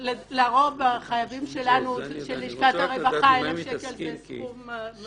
לרוב החייבים שלנו של לשכת הרווחה 1,000 שקל זה סכום מאוד גבוה.